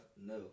No